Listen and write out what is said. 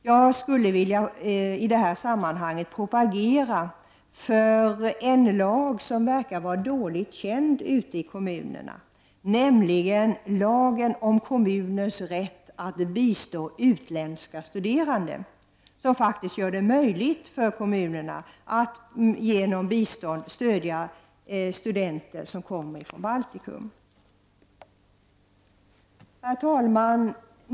Jag skulle i detta sammanhang vilja propagera för en lag som verkar vara dåligt känd ute i kommunerna, nämligen lagen om kommuners rätt att bistå utländska studerande. Den gör det faktiskt möjligt för kommunerna att genom bistånd stödja studerande från Baltikum. Herr talman!